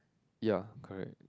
ya correct